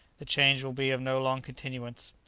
the change will be of no long continuance.